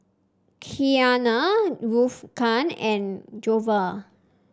Kiana and